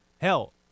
Hell